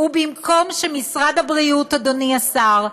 ובמקום שמשרד הבריאות, אדוני השר,